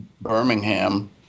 Birmingham